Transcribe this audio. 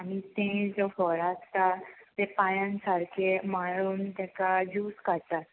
आनी तें जें फळ आसता ते पांयान सारकें मारून ताका ज्यूस काडटात